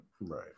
Right